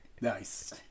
nice